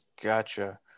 Gotcha